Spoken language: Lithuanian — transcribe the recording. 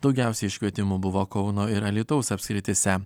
daugiausiai iškvietimų buvo kauno ir alytaus apskrityse